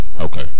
okay